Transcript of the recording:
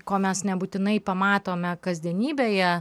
ko mes nebūtinai pamatome kasdienybėje